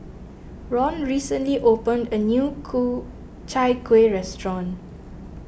Ron recently opened a new Ku Chai Kueh restaurant